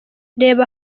reba